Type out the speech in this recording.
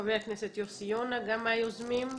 חבר הכנסת יוסי יונה, גם מהיוזמים.